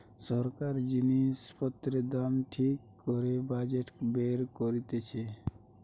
সরকার জিনিস পত্রের দাম ঠিক করে বাজেট বের করতিছে